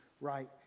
right